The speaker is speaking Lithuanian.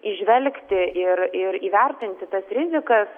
įžvelgti ir ir įvertinti tas rizikas